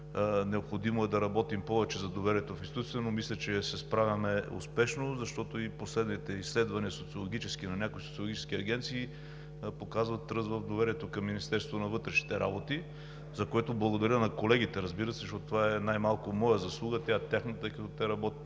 необходимо е да работим повече за доверието на институцията, но мисля, че се справяме успешно, защото последните изследвания на някои социологически агенции показват ръст в доверието към Министерството на вътрешните работи. Благодаря на колегите, разбира се, защото това най-малко не е моя заслуга, а тя е тяхна, тъй като те работят